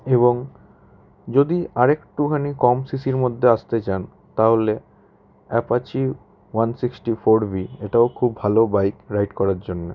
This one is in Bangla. এবং যদি আর একটুখানি কম সিসির মধ্যে আসতে চান তাহলে Apache one sixty four B এটাও খুব ভালো বাইক রাইড করার জন্যে